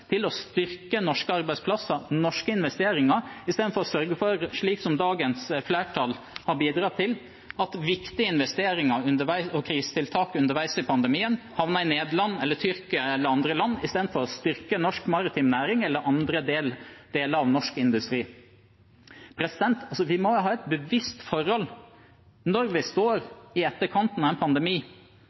til å styrke norske arbeidsplasser, norske investeringer, i stedet for, slik som dagens flertall har bidratt til, at viktige investeringer og krisetiltak underveis i pandemien havner i Nederland, Tyrkia eller andre land i stedet for å styrke norsk maritim næring eller andre deler av norsk industri. Vi må være bevisste på at når vi står i etterkanten av en pandemi